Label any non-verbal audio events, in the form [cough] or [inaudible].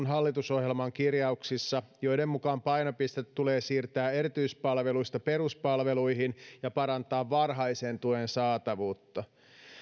[unintelligible] hallitusohjelmaan kirjauksissa joiden mukaan painopiste tulee siirtää erityispalveluista peruspalveluihin [unintelligible] [unintelligible] [unintelligible] ja parantaa varhaisen tuen saatavuutta